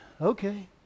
okay